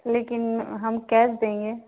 लेकिन हम कैस देंगे